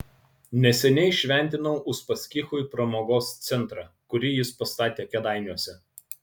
neseniai šventinau uspaskichui pramogos centrą kurį jis pastatė kėdainiuose